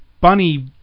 bunny